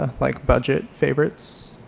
ah like budget favorites,